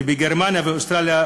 ובגרמניה ובאוסטרליה,